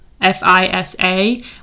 F-I-S-A